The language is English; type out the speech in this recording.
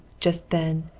just then,